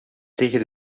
tegen